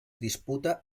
disputa